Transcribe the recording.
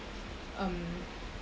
um